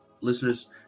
listeners